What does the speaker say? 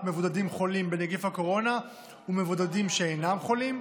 מבודדים החולים בנגיף הקורונה ומבודדים שאינם חולים,